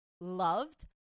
loved